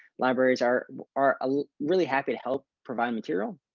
libraries are are ah really happy to help provide material.